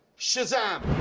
shazam!